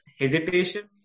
hesitation